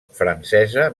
francesa